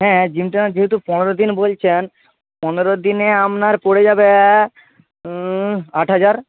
হ্যাঁ জিমটা যেহেতু পনেরো দিন বলছেন পনেরো দিনে আপনার পড়ে যাবে আট হাজার